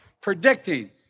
predicting